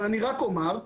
אבל אני רק אומר,